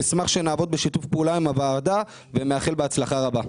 נשמח לעבוד בשיתוף פעולה עם הוועדה ואני מאחל בהצלחה רבה.